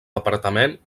departament